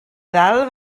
ddal